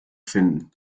finden